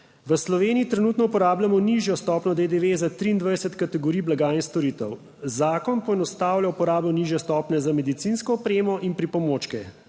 V Sloveniji trenutno uporabljamo nižjo stopnjo DDV za 23 kategorij blaga in storitev. Zakon poenostavlja uporabo nižje stopnje za medicinsko opremo in pripomočke,